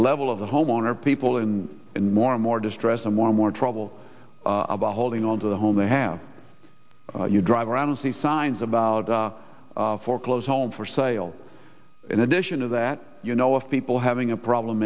level of the homeowner people in in more and more distress and more and more trouble about holding on to the home they have you drive around and see signs about a foreclosed home for sale in addition to that you know of people having a problem